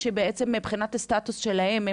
שבעצם מבחינת הסטטוס שלהם,